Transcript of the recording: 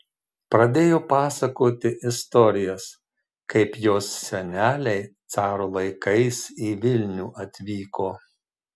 pradėjo pasakoti istorijas kaip jos seneliai caro laikais į vilnių atvyko